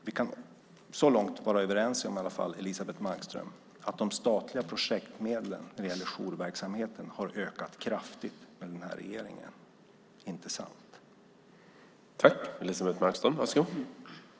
Vi kan i alla fall så långt vara överens, Elisebeht Markström, om att de statliga projektmedlen när det gäller jourverksamheten har ökat kraftigt med den här regeringen, inte sant?